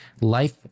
life